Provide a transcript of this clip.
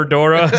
Dora